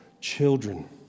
children